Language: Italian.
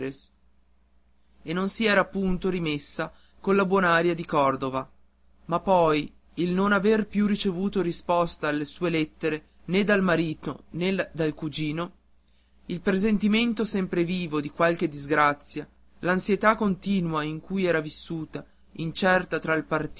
e non s'era punto rimessa colla buon'aria di cordova ma poi il non aver più ricevuto risposta alle sue lettere né dal marito né dal cugino il presentimento sempre vivo di qualche grande disgrazia l'ansietà continua in cui era vissuta incerta tra il